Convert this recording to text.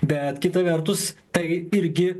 bet kita vertus tai irgi